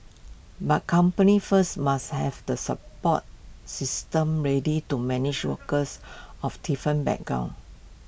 but companies first must have the support systems ready to manage workers of different backgrounds